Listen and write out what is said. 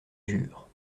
jure